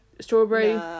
strawberry